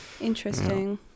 Interesting